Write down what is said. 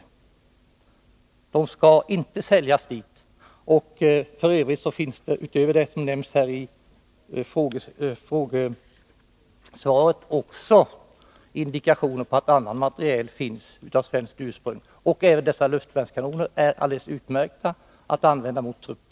F. ö. finns det också indikationer på att även annan materiel av svenskt ursprung än den som nämns i frågesvaret finns i Indonesien. Även de luftvärnskanoner som nämns i svaret går det alldeles utmärkt att använda mot trupp.